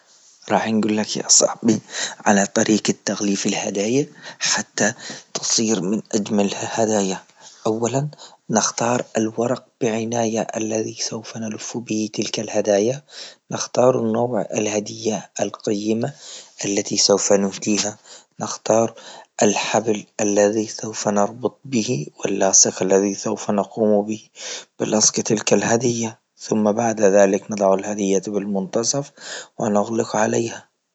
راح نقولك يا صاحبي على طريقة تغليف الهدايا حتى تصير من أجمل الهداية، أولا نختار الورق بعناية الذي سوف نلف به تلك الهدايا، نختار نوع الهدية القيمة التي سوف نفديها، نختار الحبل الذي سوف نربط به ولاصق الذي سوف نقوم به بلسق تلك الهدية ثم بعد ذلك نضع الهدية بالمنتصف ونغلق عليها.